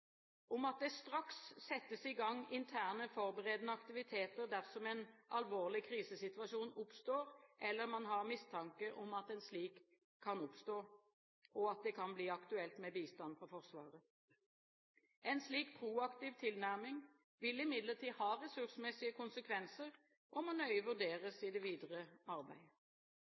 i gang interne forberedende aktiviteter dersom en alvorlig krisesituasjon oppstår eller man har mistanke om at en slik kan oppstå, og det kan bli aktuelt med bistand fra Forsvaret. En slik proaktiv tilnærming vil imidlertid ha ressursmessige konsekvenser og må nøye vurderes i det videre arbeid.